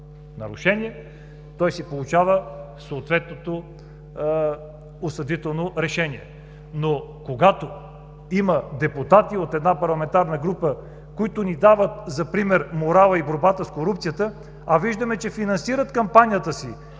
нарушение, той си получава съответното осъдително решение. Но когато има депутати от една парламентарна група, които ни дават за пример морала и борбата с корупцията, а виждаме, че финансират кампанията си